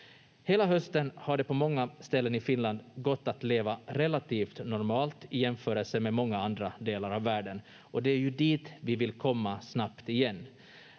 Hela hösten har det på många ställen i Finland gått att leva relativt normalt i jämförelse med många andra delar av världen, och det är ju dit vi vill komma snabbt igen.